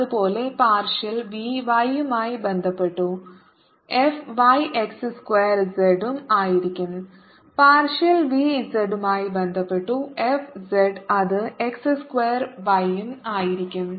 അതുപോലെ partial v y മായി ബന്ധപെട്ടു F y x square z ഉം ആയിരിക്കും പാർഷൽ v z മായി ബന്ധപെട്ടു F z അത് x സ്ക്വയർ y ഉം ആയിരിക്കും